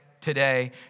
today